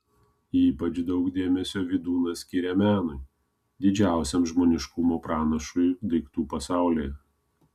ypač daug dėmesio vydūnas skiria menui didžiausiam žmoniškumo pranašui daiktų pasaulyje